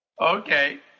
Okay